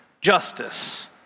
justice